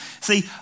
See